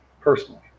personally